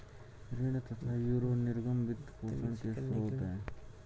ऋण तथा यूरो निर्गम वित्त पोषण के स्रोत है